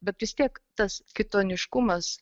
bet vis tiek tas kitoniškumas